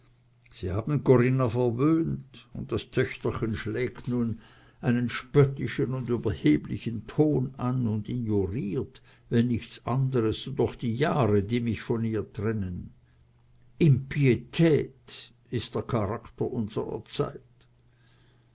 sie haben corinna verwöhnt und das töchterchen schlägt nun einen spöttischen und überheblichen ton an und ignoriert wenn nichts andres so doch die jahre die mich von ihr trennen impietät ist der charakter unsrer zeit